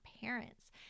parents